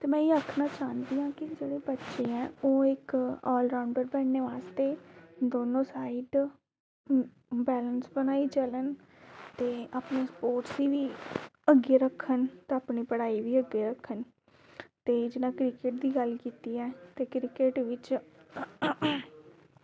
ते में एह् आक्खना चाह्नीं आं की जेह्ड़े बच्चे ऐ ओह् आल रौंडर बनने आस्तै दौनों साईड दे बैलेंस बनाई चलन ते अपने कोच गी अग्गें रक्खन ते अपनी पढ़ाई गी बी अग्गें रक्खन ते जेल्लै क्रिकेट दी गल्ल कीती ऐ ते क्रिकेट बिच